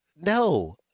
no